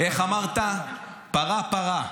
איך אמרת, פרה-פרה.